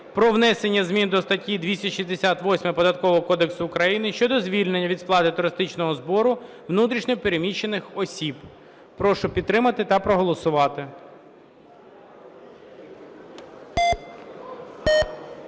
про внесення змін до статті 268 Податкового кодексу України щодо звільнення від сплати туристичного збору внутрішньо переміщених осіб. Прошу підтримати та проголосувати.